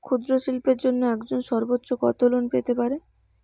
ক্ষুদ্রশিল্পের জন্য একজন সর্বোচ্চ কত লোন পেতে পারে?